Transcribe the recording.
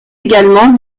également